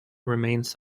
remains